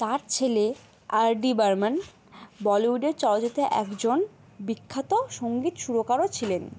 তার ছেলে আর ডি বর্মন বলিউডের চলচ্চিত্রে একজন বিখ্যাত সঙ্গীত সুরকারও ছিলেন